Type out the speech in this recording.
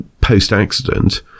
post-accident